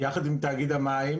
יחד עם תאגיד המים,